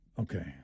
Okay